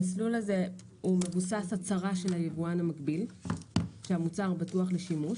המסלול הזה הוא מבוסס הצהרה של היבואן המקביל שהמוצר בטוח לשימוש.